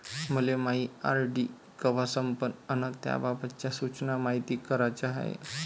मले मायी आर.डी कवा संपन अन त्याबाबतच्या सूचना मायती कराच्या हाय